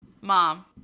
mom